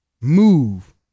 move